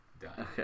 Done